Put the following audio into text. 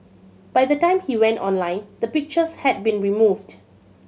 by the time he went online the pictures had been removed